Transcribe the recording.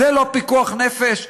זה לא פיקוח נפש?